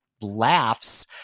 laughs